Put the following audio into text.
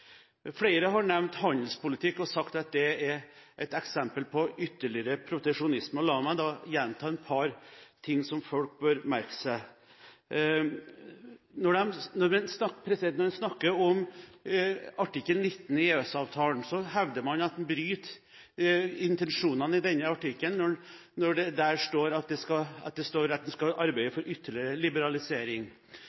Flere har nevnt handelspolitikk og sagt at det er et eksempel på ytterligere proteksjonisme. La meg da gjenta et par ting som folk bør merke seg. Når man snakker om artikkel 19 i EØS-avtalen, hevder man at man bryter intensjonene i denne artikkelen fordi det står der at man skal arbeide for ytterligere liberalisering. Men det man elegant glemmer, er at det står at en skal arbeide